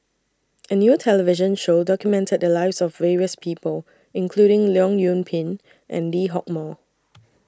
A New television Show documented The Lives of various People including Leong Yoon Pin and Lee Hock Moh